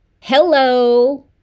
Hello